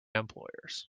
employers